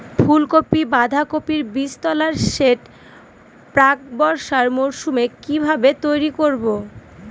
ফুলকপি বাধাকপির বীজতলার সেট প্রাক বর্ষার মৌসুমে কিভাবে তৈরি করব?